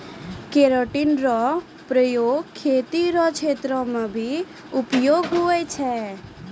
keratin रो प्रयोग खेती रो क्षेत्र मे भी उपयोग हुवै छै